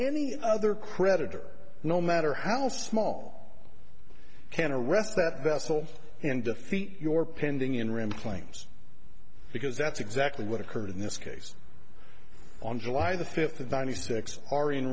any other creditor no matter how small can arrest that vessel and defeat your pending in ram claims because that's exactly what occurred in this case on july the fifth of ninety six ar